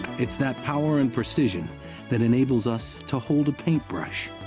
it's that power and precision that enables us to hold a paintbrush,